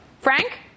Frank